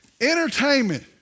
Entertainment